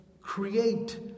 create